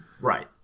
Right